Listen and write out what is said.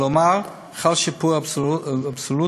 כלומר, חל שיפור אבסולוטי